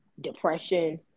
depression